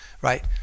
right